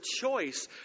choice